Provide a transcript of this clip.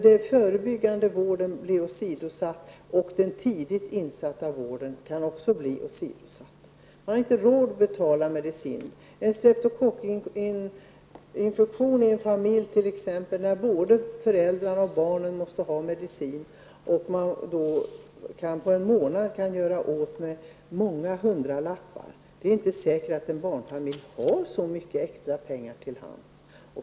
Den förebyggande vården och den tidigt insatta vården åsidosätts. Man har inte råd att betala vad medicinen kostar. När både barnen och föräldrarna i en familj drabbas av en streptokockinfektion och måste ha medicin, kan det på en månad gå åt många hundralappar. Det är inte säkert att en barnfamilj har så mycket extra pengar till hands.